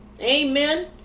Amen